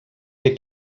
que